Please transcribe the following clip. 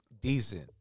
decent